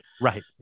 right